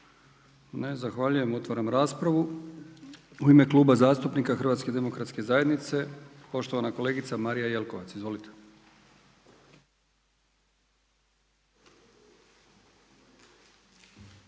Ne. Zahvaljujem. Otvaram raspravu. U ime Kluba zastupnika HDZ-a poštovana kolegica Marija Jelkovac. Izvolite.